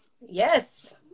Yes